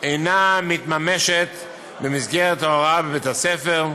אינה מתממשת במסגרת ההוראה בבית-הספר,